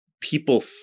people